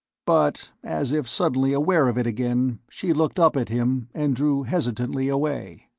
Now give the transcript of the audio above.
but, as if suddenly aware of it again, she looked up at him and drew hesitantly away.